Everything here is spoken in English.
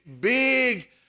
big